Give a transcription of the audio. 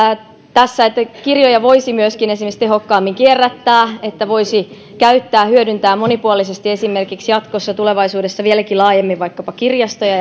tässä huomiota kirjoja voisi esimerkiksi tehokkaammin kierrättää voisi käyttää ja hyödyntää monipuolisesti jatkossa tulevaisuudessa vieläkin laajemmin vaikkapa kirjastoja